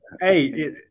Hey